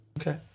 Okay